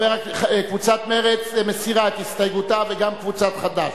קבוצת מרצ מסירה את הסתייגותה וגם קבוצת חד"ש.